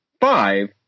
five